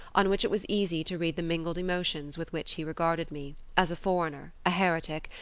on which it was easy to read the mingled emotions with which he regarded me, as a foreigner, a heretic,